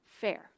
fair